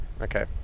Okay